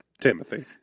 Timothy